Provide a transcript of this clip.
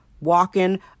walking